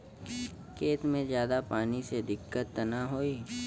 खेत में ज्यादा पानी से दिक्कत त नाही होई?